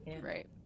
Right